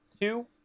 two